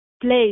place